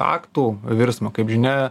aktų virsmą kaip žinia